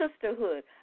sisterhood